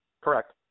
correct